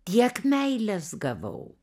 tiek meilės gavau